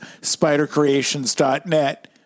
SpiderCreations.net